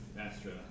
Astra